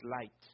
light